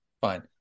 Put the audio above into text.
Fine